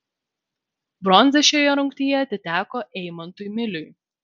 bronza šioje rungtyje atiteko eimantui miliui